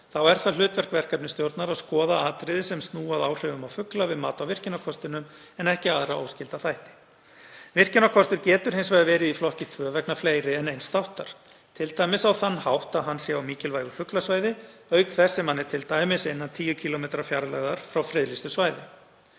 þá er það hlutverk verkefnisstjórnar að skoða atriði sem snúa að áhrifum á fugla við mat á virkjunarkostinum en ekki aðra óskylda þætti. Virkjunarkostur getur hins vegar verið í flokki 2 vegna fleiri en eins þáttar, t.d. á þann hátt að hann sé á mikilvægu fuglasvæði auk þess sem hann er t.d. innan 10 km fjarlægðar frá friðlýstu svæði.